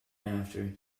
after